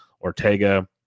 Ortega